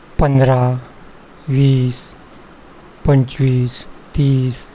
पंधरा वीस पंचवीस तीस